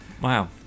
wow